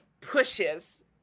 pushes